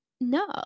no